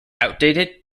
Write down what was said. outdated